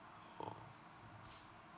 orh